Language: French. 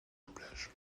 doublage